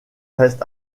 reste